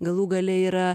galų gale yra